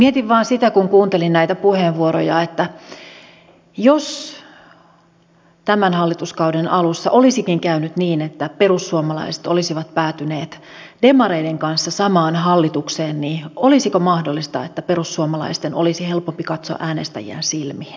mietin vain sitä kun kuuntelin näitä puheenvuoroja että jos tämän hallituskauden alussa olisikin käynyt niin että perussuomalaiset olisivat päätyneet demareiden kanssa samaan hallituksen niin olisiko mahdollista että perussuomalaisten olisi helpompi katsoa äänestäjiään silmiin